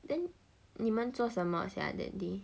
then 你们做什么 sia that day